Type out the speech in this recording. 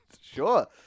Sure